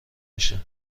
میشه